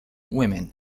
women